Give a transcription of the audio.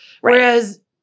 Whereas